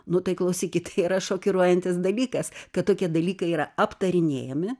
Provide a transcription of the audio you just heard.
nu tai klausykit tai yra šokiruojantis dalykas kad tokie dalykai yra aptarinėjami